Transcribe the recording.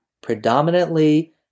predominantly